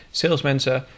salesmensen